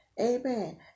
Amen